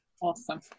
awesome